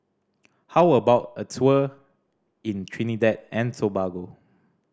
how about a tour in Trinidad and Tobago